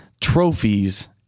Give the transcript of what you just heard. trophies